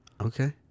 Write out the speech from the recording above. Okay